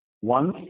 one